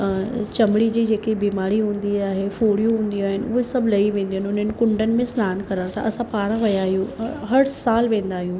चमड़ी जी जेके बीमारी हूंदी आहे फुड़ियूं हूंदियूं आहिनि उहे सभु लही वेंदियूं आहिनि उन्हनि कुंडनि में सनानु करण सां असां पाणि विया आहियूं हर साल वेंदा आहियूं